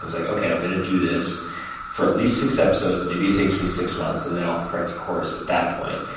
was like, okay, i'm gonna do this for at least six episodes, maybe it takes me six months, and then, i'll correct course at that point.